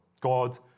God